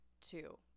two